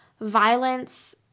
violence